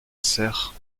serres